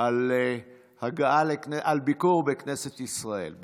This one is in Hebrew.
על הביקור בכנסת ישראל.